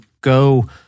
go